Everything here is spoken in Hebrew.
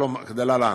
כדלהלן: